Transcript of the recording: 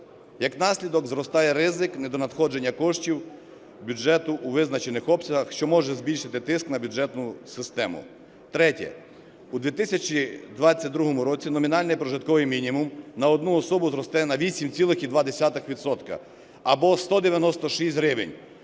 Як наслідок, зростає ризик недонадходження коштів бюджету у визначених обсягах, що може збільшити тиск на бюджетну систему. Третє. У 2022 році номінальний прожитковий мінімум на одну особу зросте на 8,2 відсотка, або 196 гривень,